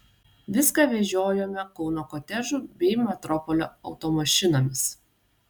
viską vežiojome kauno kotedžų bei metropolio automašinomis